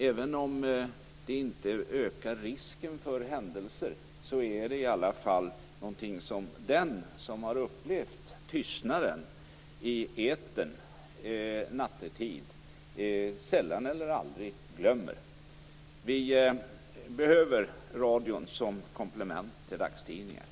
Även om det här inte ökar risken för olika händelser, så är det i alla fall något som den som har upplevt tystnaden i etern nattetid sällan eller aldrig glömmer. Vi behöver radion som komplement till dagstidningarna.